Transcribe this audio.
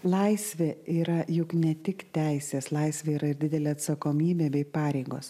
laisvė yra juk ne tik teisės laisvė yra ir didelė atsakomybė bei pareigos